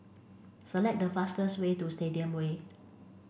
select the fastest way to Stadium Way